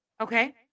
Okay